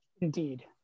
Indeed